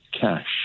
cash